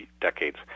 decades